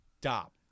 stop